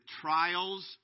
trials